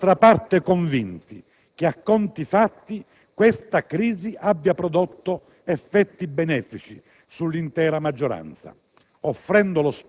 Siamo d'altra parte convinti che, a conti fatti, questa crisi abbia prodotto effetti benefici sull'intera maggioranza,